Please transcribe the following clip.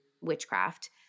witchcraft